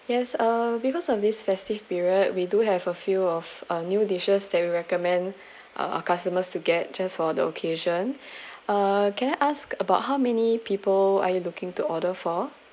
yes uh because of this festive period we do have a few of uh new dishes that we recommend uh our customers to get just for the occasion uh can I ask about how many people are you looking to order for